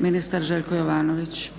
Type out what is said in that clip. Ministar Željko Jovanović.